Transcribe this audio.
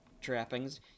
trappings